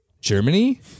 Germany